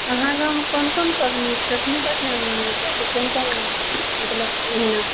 अहाँ गाँवमे कोन कोन पाबनि कखनी कखनी मनाओल जाइ छै कोन कोन मतलब महीना